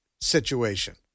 situation